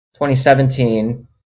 2017